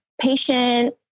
patient